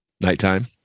Nighttime